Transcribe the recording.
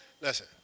listen